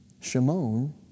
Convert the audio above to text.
Shimon